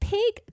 Pig